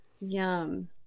Yum